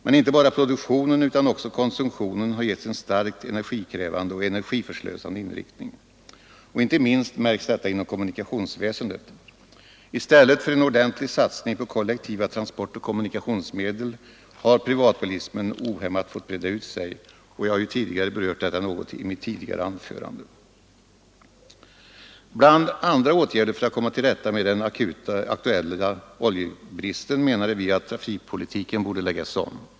Men inte bara produktionen utan även konsumtionen har getts en starkt energikrävande och energiförslösande inriktning. Inte minst märks detta inom kommunikationsväsendet. I stället för en ordentlig satsning på kollektiva transportoch kommunikationsmedel har privatbilismen fått breda ut sig. Jag har berört detta i mitt tidigare anförande. Som en åtgärd bland andra för att komma till rätta med den aktuella oljebristen borde, menade vi, trafikpolitiken läggas om.